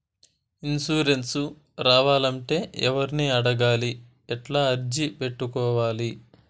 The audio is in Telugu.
ఇన్సూరెన్సు రావాలంటే ఎవర్ని అడగాలి? ఎట్లా అర్జీ పెట్టుకోవాలి?